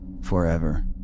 forever